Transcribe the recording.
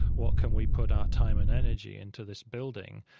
what can we put our time and energy into this building